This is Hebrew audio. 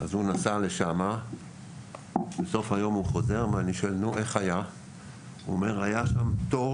הוא נסע לשם ובסוף היום חזר ואמר שהיה שם תור